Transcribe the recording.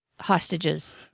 hostages